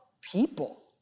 people